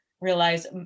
realize